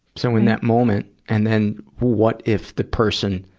so, in that moment, and then what if the person,